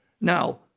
Now